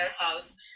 warehouse